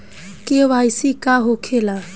KYC का होखेला?